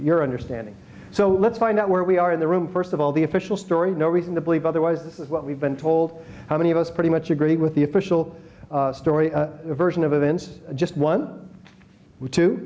your understanding so let's find out where we are in the room first of all the official story no reason to believe otherwise what we've been told how many of us pretty much agree with the official story version of events just one